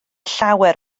llawer